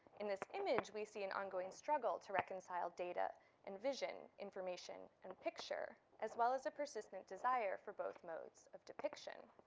in this image we see an ongoing struggle to reconcile data and vision, information and picture, as well as a persistent desire for both modes of depiction.